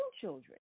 children